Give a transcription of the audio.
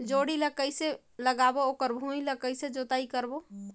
जोणी ला कइसे लगाबो ओकर भुईं ला कइसे जोताई करबो?